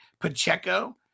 Pacheco